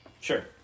Sure